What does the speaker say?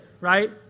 Right